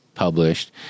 published